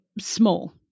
small